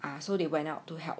ah so they went out to help